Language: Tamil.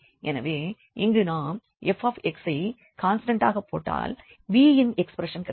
எனவே இங்கு நாம் F ஐ கான்ஸ்டண்டாக போட்டால் v இன் எக்ஸ்ப்ரஷன் கிடைக்கும்